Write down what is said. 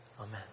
Amen